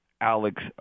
Alex